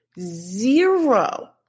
zero